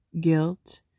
guilt